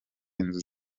inzu